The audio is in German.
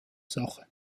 sache